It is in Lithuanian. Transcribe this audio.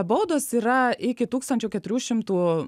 baudos yra iki tūkstančio keturių šimtų